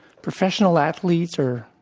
professional athletes are,